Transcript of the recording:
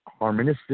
harmonistic